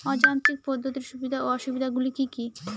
অযান্ত্রিক পদ্ধতির সুবিধা ও অসুবিধা গুলি কি কি?